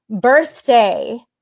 birthday